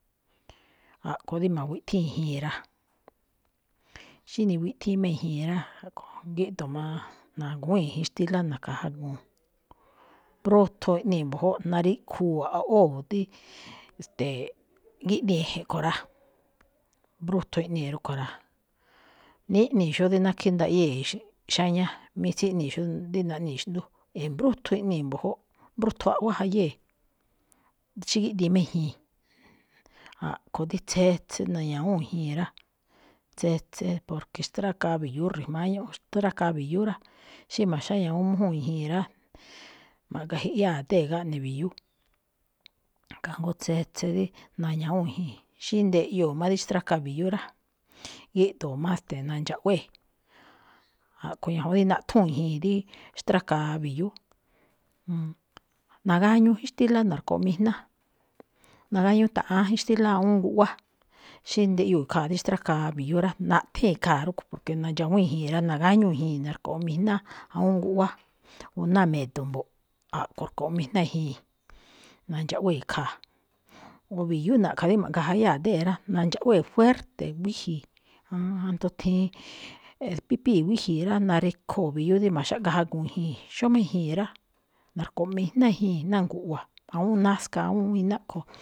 A̱ꞌkho̱ dí ma̱wiꞌthíin i̱jii̱n rá. Xí niwiꞌthíin má i̱jii̱n rá, a̱ꞌkho̱ gíꞌdu̱u̱n má na̱gu̱wíi̱n i̱jínxtílá na̱ka̱jaguu̱n, mbróthon iꞌnii̱ mbu̱jóꞌ, nariꞌkhuu̱ a̱ꞌwóo̱ dí, ste̱e̱, gíꞌdii̱n e̱je̱n ꞌkho̱ rá, mbrúthun iꞌnii̱ rúꞌkho̱ rá. Ní̱nii̱ xóo dí nákhí ndaꞌyée̱ xáñá, mí tsíꞌnii̱ xóo dí naꞌnii̱ xndú, e̱mbrúthun iꞌnii̱ mbu̱júꞌ, mbrúthun a̱ꞌwá jayée̱. Xí gíꞌdíi̱n má i̱jii̱n, a̱ꞌkho̱ dí tsetse na̱ña̱wúu̱n i̱jii̱n rá, tsetse porque xtárákaa bi̱yú ri̱jma̱á ñúꞌún, xtrákaa bi̱yú rá. Xí ma̱xáña̱wúu̱n mújúu̱n i̱jii̱n rá, ma̱gajiꞌyáa a̱dée̱ gáꞌne bi̱yú, kajngó tsetse dí na̱ña̱wúu̱n jii̱n. Xí ndeꞌyoo̱ má dí xtrákaa bi̱yú rá, gíꞌdu̱u̱n má, ste̱e̱, nandxaꞌwée̱. A̱ꞌkhue̱ ñajuun dí naꞌthúu̱n i̱jii̱n dí xtrákaa bi̱yú. Nagáñúú jínxtílá no̱rkoꞌ ijná, nagáñúú ta̱ꞌa̱án i̱jínxtílá awúun guꞌwá, xí ndeꞌyoo̱ khaa̱ rí xtrákaa bi̱yú rá, nathée̱n khaa̱ rúꞌkho̱, porque nadxawíín i̱jii̱n rá, nágáñúú i̱jii̱n no̱rkoꞌ ijná awúun guꞌwá, náa me̱do̱ mbo̱ꞌ. A̱ꞌkho̱ꞌ rko̱ꞌ ijná ijii̱n, nandxaꞌwée̱ ikhaa̱. Mbo̱ bi̱yú na̱ꞌkha̱ rí ma̱gajayáa adée̱ rá, nandxaꞌwée̱ juérte̱ wíji̱i̱. Aan, ajndo thiin eꞌ-xpípíi̱ wíji̱i̱ rá, narekhoo̱ bi̱yú dí ma̱xáꞌga jaguu̱n i̱jii̱n. Xómá i̱jii̱n rá, no̱rkoꞌ ijná i̱jii̱n ná gu̱ꞌwa̱, awúun náska awúun iná ꞌkho̱.